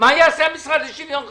מה יעשה המשרד לשוויון חברתי?